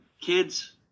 kids